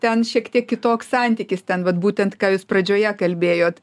ten šiek tiek kitoks santykis ten vat būtent ką jūs pradžioje kalbėjot